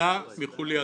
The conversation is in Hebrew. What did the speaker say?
אלא מחולייתו.